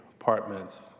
apartments